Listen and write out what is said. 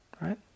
right